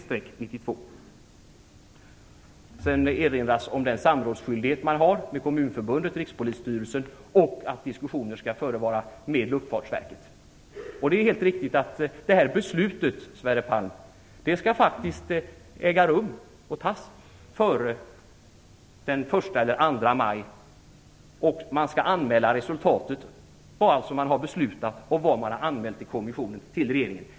Sedan erinras om den samrådsskyldighet man har med Kommunförbundet och Rikspolisstyrelsen samt att diskussioner skall förevara med Luftfartsverket. Det är helt riktigt, Sverre Palm, att det här beslutet faktiskt skall fattas före den 2 maj och att man skall anmäla resultatet, allt som man har beslutat och vad man har anmält till kommissionen, till regeringen.